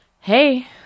Hey